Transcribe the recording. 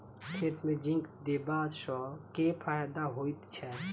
खेत मे जिंक देबा सँ केँ फायदा होइ छैय?